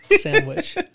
sandwich